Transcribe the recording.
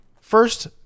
first